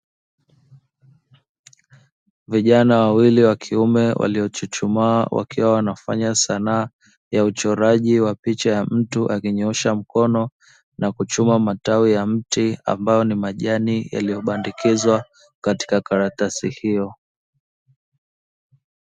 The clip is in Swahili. Vijana wawili wa kiume, waliochuchumaa wakiwa wanafanya sanaa ya uchoraji wa picha ya mtu akinyoosha mkono na kuchuma matawi ya mti, ambayo ni majani yaliyobandikizwa katika karatasi hiyo.